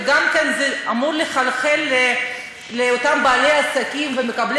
וזה אמור לחלחל גם לאותם בעלי עסקים ומקבלי